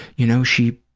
you know, she,